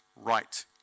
right